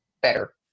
better